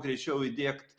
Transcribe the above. greičiau įdiegt